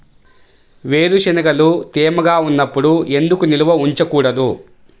వేరుశనగలు తేమగా ఉన్నప్పుడు ఎందుకు నిల్వ ఉంచకూడదు?